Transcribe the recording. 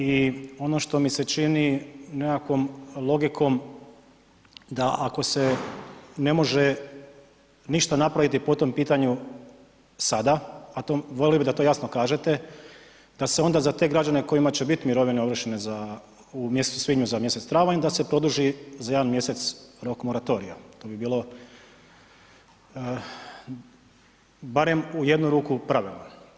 I ono što mi se čini nekakvom logikom da ako se ne može ništa napraviti po tom pitanju sada, a volio bih da to jasno kažete da se onda za te građane kojima će biti mirovine ovršene u mjesecu svibnju za mjesec travanj da se produži za jedan mjesec rok moratorija, to bi bilo barem u jednu ruku pravedno.